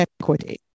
equity